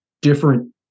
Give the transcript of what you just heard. different